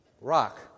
Rock